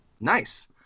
Nice